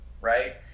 Right